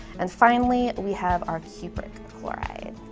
and finally we have our cupric chloride.